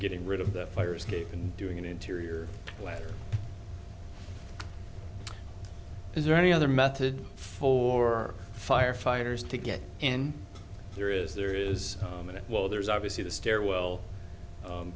getting rid of the fire escape and doing an interior letter is there any other method for firefighters to get in there is there is a minute well there's obviously the stairwell